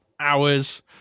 hours